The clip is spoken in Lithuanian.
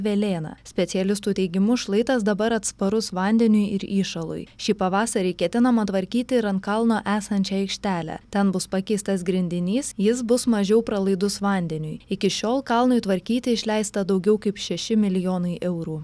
velėna specialistų teigimu šlaitas dabar atsparus vandeniui ir įšalui šį pavasarį ketinama tvarkyti ir ant kalno esančią aikštelę ten bus pakeistas grindinys jis bus mažiau pralaidus vandeniui iki šiol kalnui tvarkyti išleista daugiau kaip šeši milijonai eurų